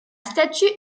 statue